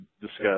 discuss